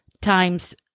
times